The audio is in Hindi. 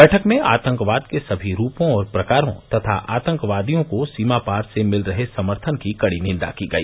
बैठक में आतंकवाद के सभी रूपों और प्रकारों तथा आतंकवादियों को सीमापार से मिल रहे समर्थन की कड़ी निंदा की गई